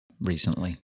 recently